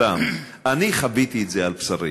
שלושתם, אני חוויתי את זה על בשרי.